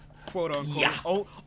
Quote-unquote